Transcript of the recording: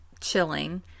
chilling